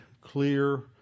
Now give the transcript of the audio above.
clear